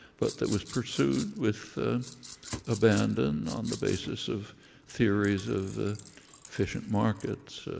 but that was pursued with abandon on the basis of theories of efficient markets,